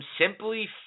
Simply